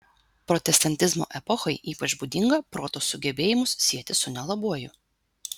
protestantizmo epochai ypač būdinga proto sugebėjimus sieti su nelabuoju